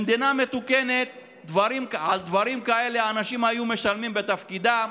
במדינה מתוקנת על דברים כאלה האנשים היו משלמים בתפקידם,